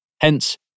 Hence